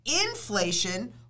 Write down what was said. inflation